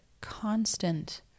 constant